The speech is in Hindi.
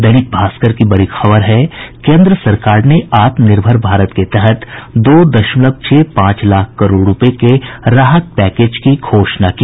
दैनिक भास्कर की बड़ी खबर है केन्द्र सरकार ने आत्मनिर्भर भारत के तहत दो दशमलव छह पांच लाख करोड़ रूपये के राहत पैकेज की घोषणा की